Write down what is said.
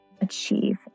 achieve